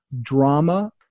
drama